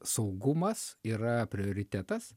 saugumas yra prioritetas